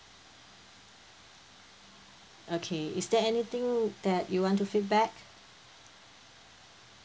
okay is there anything that you want to feedback